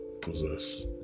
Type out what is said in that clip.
possess